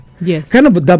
Yes